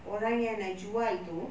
orang yang nak jual itu